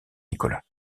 nicolas